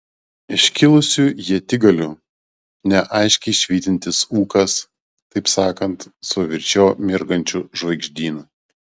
iškilusių ietigalių neaiškiai švytintis ūkas taip sakant su virš jo mirgančiu žvaigždynu